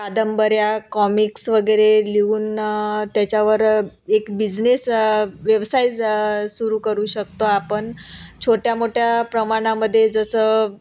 कादंबऱ्या कॉमिक्स वगैरे लिहून त्याच्यावर एक बिझनेस व्यवसाय जा सुरू करू शकतो आपण छोट्या मोठ्या प्रमाणामध्ये जसं